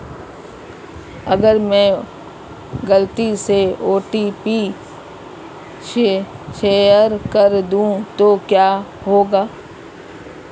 अगर मैं गलती से ओ.टी.पी शेयर कर दूं तो क्या होगा?